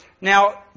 Now